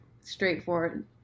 straightforward